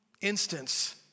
instance